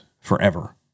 forever